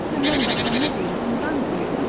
remember our miseries and vanities,